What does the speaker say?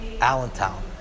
Allentown